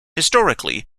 historically